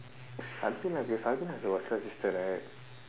is your sister right